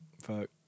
fuck